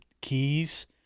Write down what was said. keys